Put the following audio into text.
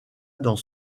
dans